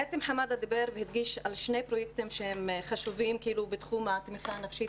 בעצם חאמד דיבר והדגיש שני פרויקטים שהם חשובים בתחום התמיכה הנפשית,